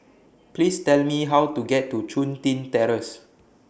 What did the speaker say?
Please Tell Me How to get to Chun Tin Terrace